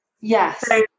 Yes